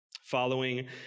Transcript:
Following